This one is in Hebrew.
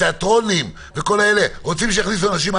התיאטראות וכל אלה רוצים שיכניסו אלכוהול בפנים?